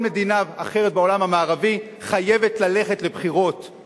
מדינה אחרת בעולם המערבי חייבת ללכת לבחירות;